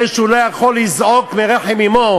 זה שהוא לא יכול לזעוק מרחם אמו,